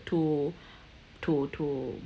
to to to